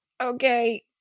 Okay